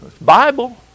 Bible